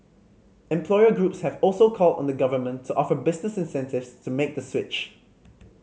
employer groups have also called on the Government to offer businesses incentive to make the switch